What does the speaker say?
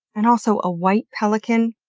and also, a white pelican?